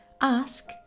Ask